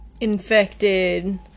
infected